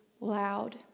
loud